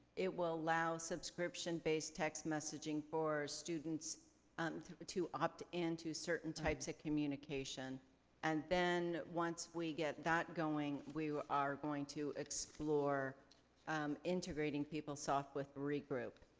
it will allow subscription based text messaging for students um to ah to opt in to certain types of communication and then once we get that going we are going to explore integrating peoplesoft with regroup,